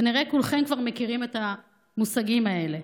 כנראה כולכם כבר מכירים את המושגים האלה.